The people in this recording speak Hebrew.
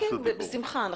אוקיי, בשמחה.